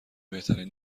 بهترین